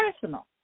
personal